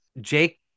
Jake